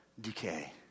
decay